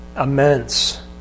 immense